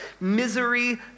Misery